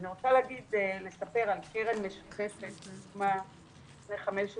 אני רוצה לספר על קרן משותפת שהוקמה לפני 15 שנה,